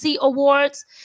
Awards